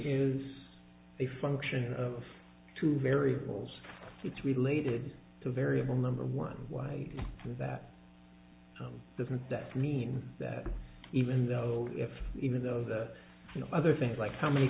a function of two variables it's related to variable number one y and that doesn't that mean that even though if even though the other things like how many